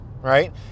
right